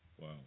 Wow